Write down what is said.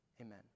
Amen